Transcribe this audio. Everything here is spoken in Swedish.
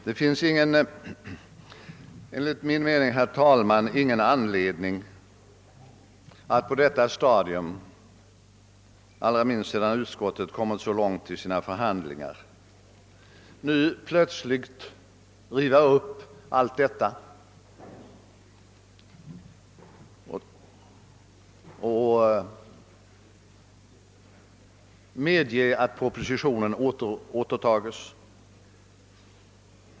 Det finns enligt min mening ingen anledning för regeringen att — allra minst sedan utskottet kommit så långt i sina förhandlingar — plötsligt riva upp allt detta och återkalla propositionen.